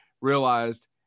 realized